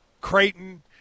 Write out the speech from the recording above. Creighton